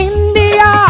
India